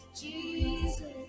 Jesus